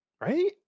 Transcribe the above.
right